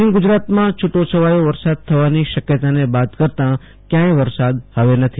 દક્ષિણ ગુજરાતમાં છુટાછવાયો વરસાદ થવાની શક્યતાને બાદ કરતા ક્યાંય વરસાદ ફવે નથી